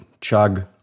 chug